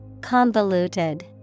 Convoluted